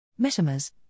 Metamers